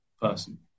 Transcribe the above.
person